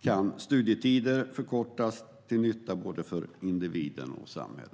kan studietider förkortas till nytta för både individen och samhället.